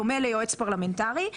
דומה ליועץ פרלמנטרי,